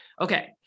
Okay